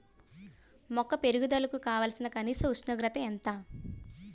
మొక్క పెరుగుదలకు కావాల్సిన కనీస ఉష్ణోగ్రత ఎంత?